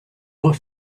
were